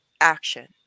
action